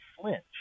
flinch